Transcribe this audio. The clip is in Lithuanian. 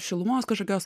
šilumos kažkokios